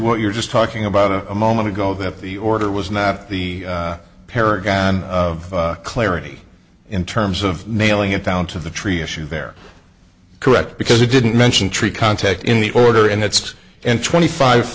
what you're just talking about a moment ago that the order was not the paragon of clarity in terms of nailing it down to the tree issue there correct because you didn't mention tree contect in the order and it's in twenty five